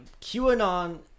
QAnon